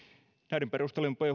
näiden perustelujen